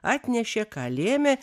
atnešė ką lėmė